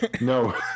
No